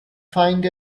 find